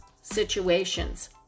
situations